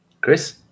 Chris